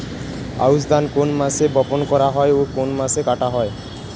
আউস ধান কোন মাসে বপন করা হয় ও কোন মাসে কাটা হয়?